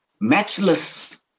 matchless